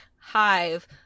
hive